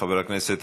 חבר הכנסת הרצוג,